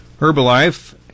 Herbalife